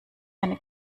eine